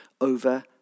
over